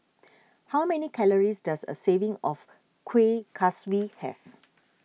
how many calories does a serving of Kuih Kaswi have